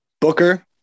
Booker